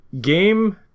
game